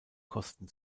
kosten